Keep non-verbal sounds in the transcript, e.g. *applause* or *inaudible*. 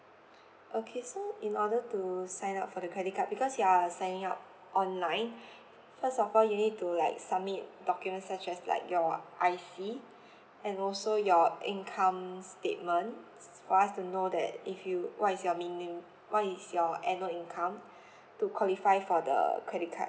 okay so in order to sign up for the credit card because you're signing up online *breath* first of all you need to like submit documents such as like your I_C *breath* and also your income statement for us to know that if you what is your minim~ what is your annual income *breath* to qualify for the credit card